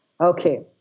Okay